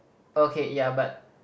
okay ya but